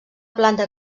planta